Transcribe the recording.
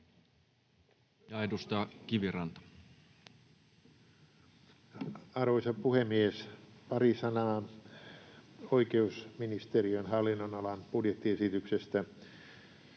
Time: 19:35 Content: Arvoisa puhemies! Pari sanaa oikeusministeriön hallinnon-alan budjettiesityksestä.